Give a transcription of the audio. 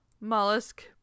Mollusk